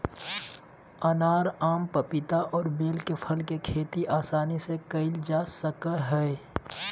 अनार, आम, पपीता और बेल फल के खेती आसानी से कइल जा सकय हइ